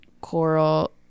coral